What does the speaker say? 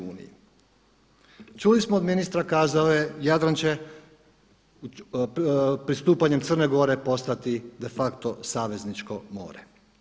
Čuli smo od ministra kazao je Jadran će pristupanjem Crne Gore postati de facto savezničko more.